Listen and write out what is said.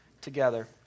together